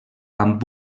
amb